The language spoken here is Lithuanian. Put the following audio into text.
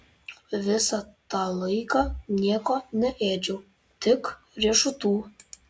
visą tą laiką nieko neėdžiau tik riešutų